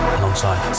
alongside